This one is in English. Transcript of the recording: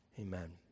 Amen